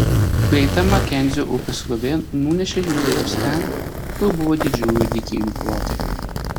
greita makenzio upės srovė nunešė jų laivus ten kur buvo didžiųjų dykynių plotai